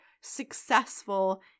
successful